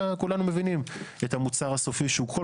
כולנו מבינים את המוצר הסופי שהוא כל